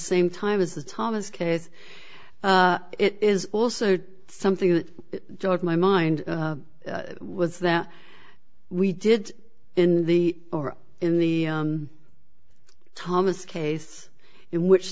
same time as the thomas case it is also something that george my mind was that we did in the or in the thomas case in which